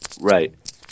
Right